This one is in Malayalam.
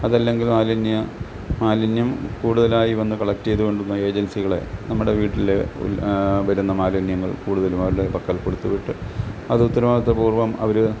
അതല്ലെങ്കിൽ മാലിന്യ മാലിന്യം കൂടുതലായി വന്ന് കളക്ട് ചെയ്ത് കൊണ്ടുപോകുന്ന ഏജൻസികളെ നമ്മുടെ വീട്ടില് വരുന്ന മാലിന്യങ്ങൾ കൂടുതലും അവരുടെ പക്കൽ കൊടുത്ത് വിട്ട് അത് ഉത്തരവാദിത്ത പൂർവ്വം അവര്